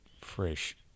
fresh